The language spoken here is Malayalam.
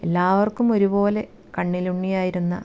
എല്ലാവർക്കും ഒരുപോലെ കണ്ണിലുണ്ണിയായിരുന്ന